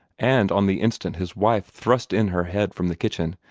and on the instant his wife thrust in her head from the kitchen.